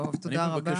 טוב, תודה רבה.